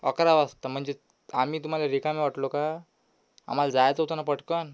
अकरा वाजता म्हणजे आम्ही तुम्हाला रिकामे वाटलो का आम्हाला जायचं होतं ना पटकन